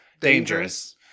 Dangerous